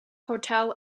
hotel